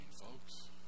folks